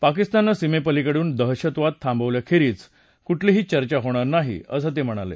पाकिस्ताननं सीमेपलीकडून दहशतवाद थांबवल्याखेरीज कुठलीही चर्चा होणार नाही असं ते म्हणाले